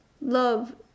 Love